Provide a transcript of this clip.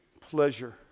pleasure